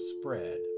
spread